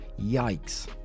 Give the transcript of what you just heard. Yikes